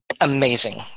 Amazing